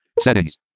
Settings